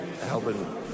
helping